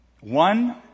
One